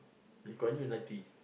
if got until ninety